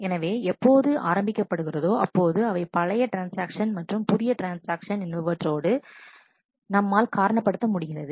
எனவே எப்போது ஆரம்பிக்கப்படுகிறதோ அப்போது அவை பழைய ட்ரான்ஸ்ஆக்ஷன் மற்றும் புதிய ட்ரான்ஸ்ஆக்ஷன்என்பவற்றோடு என்பவற்றுடன் நம்மால் காரண படுத்த முடிகிறது